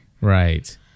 Right